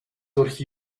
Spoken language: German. durch